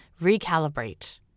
recalibrate